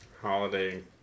Holiday